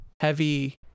heavy